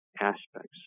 aspects